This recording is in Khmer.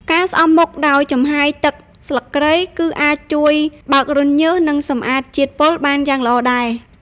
ការស្អំមុខដោយចំហាយទឹកស្លឹកគ្រៃក៏អាចជួយបើករន្ធញើស និងសម្អាតជាតិពុលបានយ៉ាងល្អដែរ។